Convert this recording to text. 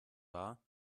war